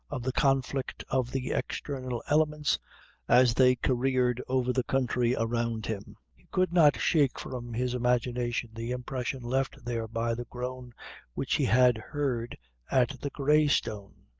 of the conflict of the external elements as they careered over the country around him, he could not shake from his imagination the impression left there by the groan which he had heard at the grey stone.